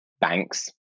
banks